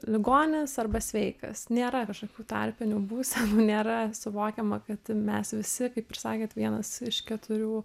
ligonis arba sveikas nėra kažkokių tarpinių būsenų nėra suvokiama kad mes visi kaip ir sakėt vienas iš keturių